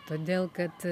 todėl kad